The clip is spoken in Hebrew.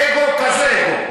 אגו כזה.